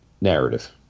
narrative